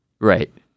right